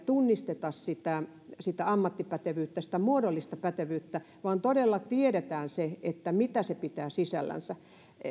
tunnisteta sitä sitä ammattipätevyyttä sitä muodollista pätevyyttä vaan todella tiedetään mitä se pitää sisällänsä tietysti